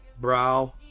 brow